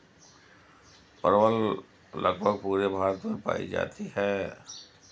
परवल लगभग पूरे भारत में पाई जाती है